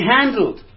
handled